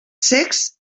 cecs